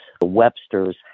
Webster's